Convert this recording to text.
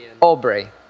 Aubrey